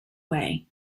way